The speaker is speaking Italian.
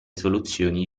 soluzioni